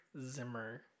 Zimmer